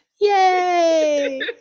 Yay